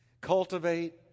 Cultivate